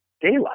daylight